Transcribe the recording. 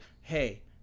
Hey